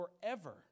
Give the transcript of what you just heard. forever